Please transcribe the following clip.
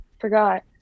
forgot